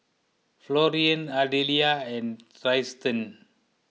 Florian Ardelia and Trystan